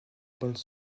bande